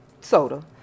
Soda